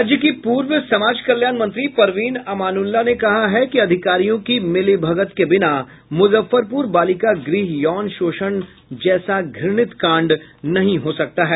राज्य की पूर्व समाज कल्याण मंत्री परवीन अमानुल्लाह ने कहा है कि अधिकारियों की मिलीभगत के बिना मुजफ्फरपुर बालिका गृह यौन शोषण जैसा घृणित कांड नहीं हो सकता है